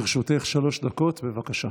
לרשותך שלוש דקות, בבקשה.